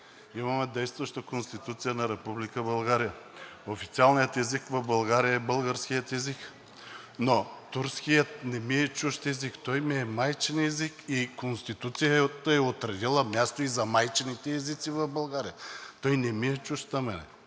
Имаме действаща Конституция на Република България. Официалният език в България е българският език, но турският не ми е чужд език, той ми е майчин език и Конституцията е отредила място и за майчините езици в България. Той на мен не ми е